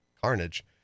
carnage